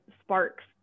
sparks